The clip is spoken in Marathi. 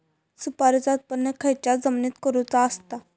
सुपारीचा उत्त्पन खयच्या जमिनीत करूचा असता?